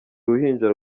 ruhinja